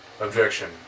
Objection